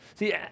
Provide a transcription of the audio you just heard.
See